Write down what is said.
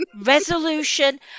resolution